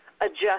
adjust